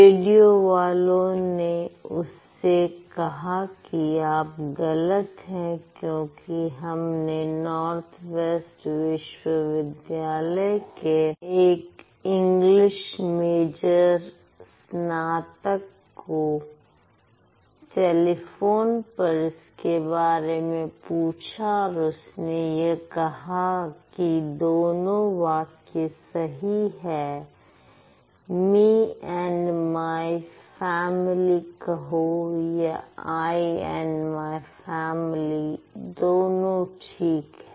radio वालों ने उससे कहा कि आप गलत है क्योंकि हमने नॉर्थ वेस्ट विश्वविद्यालय के एक इंग्लिश मेजर स्नातक को टेलीफोन पर इसके बारे में पूछा और उसने यह कहा कि दोनों वाक्य सही है मी एंड माय फैमिली कहो या आई एंड माय फैमिली दोनों ठीक है